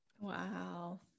wow